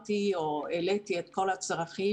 העליתי את כל הצרכים.